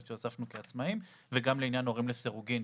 שהוספנו לעצמאים וגם לעניין הורים לסירוגין,